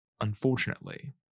Unfortunately